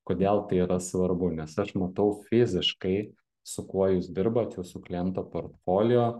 kodėl tai yra svarbu nes aš matau fiziškai su kuo jūs dirbat jūsų kliento portfolio